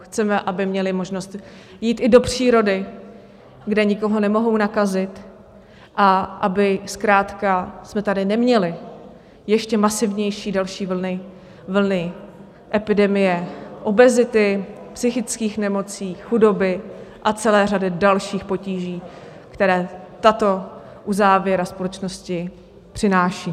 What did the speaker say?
Chceme, aby měli možnost jít i do přírody, kde nikoho nemohou nakazit, a aby zkrátka jsme tady neměli ještě masivnější další vlny, vlny epidemie, obezity, psychických nemocí, chudoby a celé řady dalších potíží, které tato uzávěra společnosti přináší.